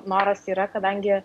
noras yra kadangi